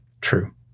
True